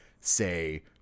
say